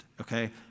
Okay